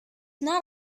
not